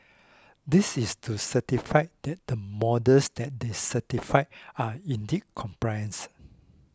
this is to certify that the models that they certified are indeed compliance